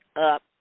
up